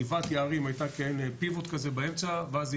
גבעת יערים הייתה מעין פיבוט כזה באמצע ואז היא